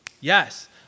yes